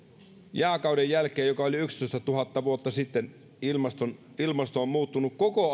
jääkauden jälkeen joka oli yksitoistatuhatta vuotta sitten ilmasto on muuttunut koko